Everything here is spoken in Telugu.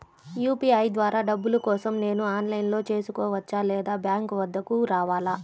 యూ.పీ.ఐ ద్వారా డబ్బులు కోసం నేను ఆన్లైన్లో చేసుకోవచ్చా? లేదా బ్యాంక్ వద్దకు రావాలా?